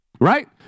Right